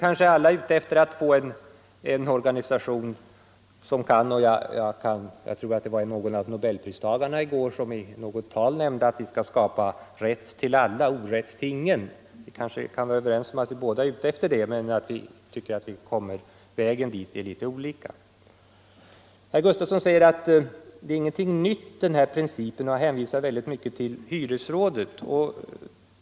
Jag tror att det var någon av nobelpristagarna som i ett tal i går nämnde att vi skall skapa ”rätt till alla och orätt till ingen”. Vi kanske kan vara överens om att vi båda är ute efter det men tycker att vägen dit är litet olika. Herr Gustafsson sade att den här principen inte är någonting nytt och hänvisade till hyresrådet.